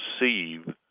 receive